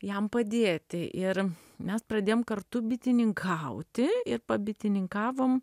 jam padėti ir mes pradėjom kartu bitininkauti ir pabitininkavom